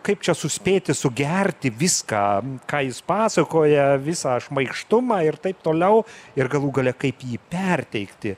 kaip čia suspėti sugerti viską ką jis pasakoja visą šmaikštumą ir taip toliau ir galų gale kaip jį perteikti